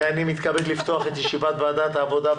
אני מתכבד לפתוח את ישיבת ועדת העבודה,